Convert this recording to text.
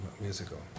musical